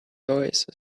oasis